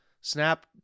snap